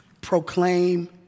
proclaim